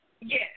yes